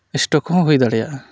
stock ᱦᱚᱸ ᱦᱩᱭ ᱫᱟᱲᱮᱭᱟᱜᱼᱟ